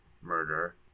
murder